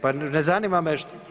Pa ne zanima me.